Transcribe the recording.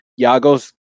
Yagos